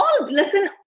listen